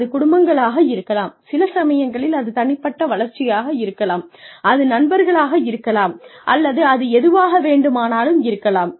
அது குடும்பங்களாக இருக்கலாம் சில சமயங்களில் அது தனிப்பட்ட வளர்ச்சியாக இருக்கலாம் அது நண்பர்களாக இருக்கலாம் அல்லது அது எதுவாக வேண்டுமானாலும் இருக்கலாம்